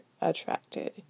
attracted